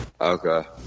okay